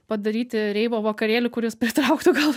padaryti reivo vakarėlį kuris pritrauktų gal